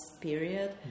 period